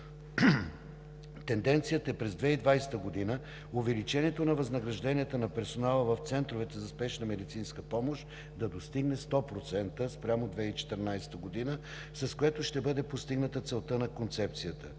тенденцията е увеличението на възнагражденията на персонала в Центровете за спешна медицинска помощ да достигне 100% спрямо 2014 г., с което ще бъде постигната целта на Концепцията.